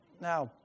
now